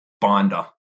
binder